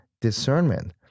discernment